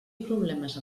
problemes